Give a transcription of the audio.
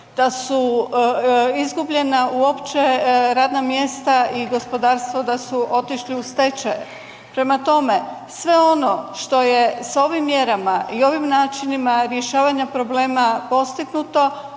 da su izgubljena uopće radna mjesta i gospodarstvo da su otišli u stečaj? Prema tome, sve ono što je s ovim mjerama i ovim načinima rješavanja problema postignuto,